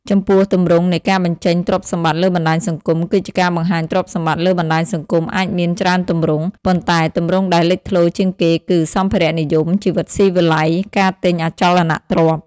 ចំពោះទម្រង់នៃការបញ្ចេញទ្រព្យសម្បត្តិលើបណ្តាញសង្គមគឺជាការបង្ហាញទ្រព្យសម្បត្តិលើបណ្តាញសង្គមអាចមានច្រើនទម្រង់ ប៉ុន្តែទម្រង់ដែលលេចធ្លោជាងគេគឺ សម្ភារៈនិយម ជីវិតស៊ីវិល័យ ការទិញអចលនទ្រព្យ។